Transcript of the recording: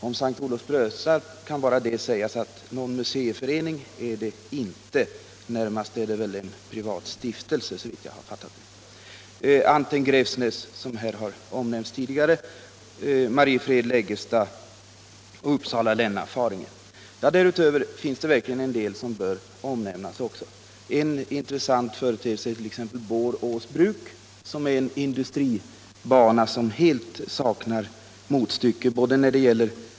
Om banan S:t Olof-Brösarp kan bara det sägas att någon museiförening är det inte fråga om. Närmast är det väl en privat stiftelse, såvitt jag har fattat saken. Vidare nämns Anten-Gräfsnäs, Mariefred-Läggesta och Uppsala-Länna-Faringe. Därutöver finns det verkligen en del banor som bör omnämnas, och jag har antecknat några ur minnet. En intressant företeelse är 1. ex. Bor-Osbruk, en industribana som helt saknar motstycke.